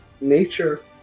nature